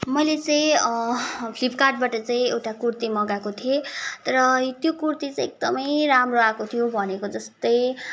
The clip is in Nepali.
मैले चाहिँ फ्लिपकार्टबाट चाहिँ एउटा कुर्ती मगाएको थिएँ र त्यो कुर्ती चाहिँ एकदमै राम्रो आएको थियो भनेको जस्तै